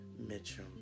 Mitchum